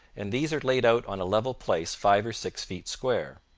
and these are laid out on a level place five or six feet square.